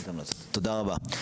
תודה רבה.